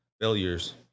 failures